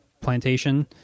plantation